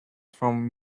from